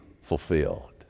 fulfilled